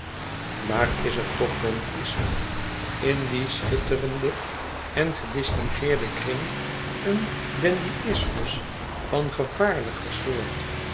maar is er toch dandyïsmus in dien schitterenden en gedistingueerden kring een dandyïsmus van gevaarlijker soort